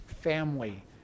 family